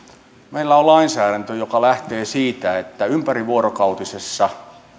meillä on lainsäädäntö joka lähtee siitä että ympärivuorokautisessa